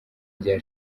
rya